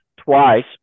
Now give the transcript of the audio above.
twice